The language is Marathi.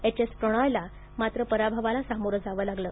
एच एस प्रणॉयला मात्र पराभवाल सामोरं जावे लागलं